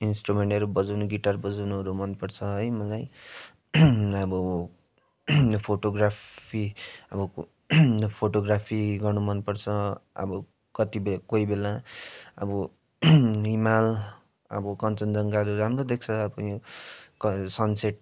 इन्ट्रु्मेन्टहरू बजाउनु गिटार बजाउनुहरू मन पर्छ है मलाई अब फोटोग्राफी अब फोटोग्राफी गर्न मनपर्छ अब कति बेला कोही बेला अब हिमाल अब कञ्चनजङ्घाहरू राम्रो देख्छ अब क सनसेट